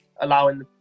allowing